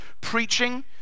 Preaching